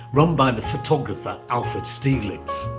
run by the photographer, alfred stieglitz.